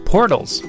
Portals